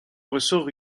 ressort